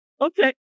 Okay